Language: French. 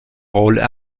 rôle